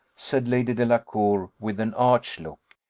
said lady delacour, with an arch look,